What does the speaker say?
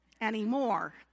anymore